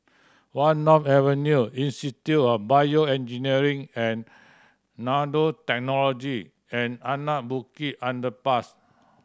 One North Avenue Institute of BioEngineering and Nanotechnology and Anak Bukit Underpass